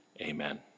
amen